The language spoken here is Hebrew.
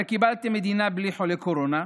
הרי קיבלתם מדינה בלי חולי קורונה,